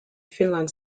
finland